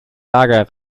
lager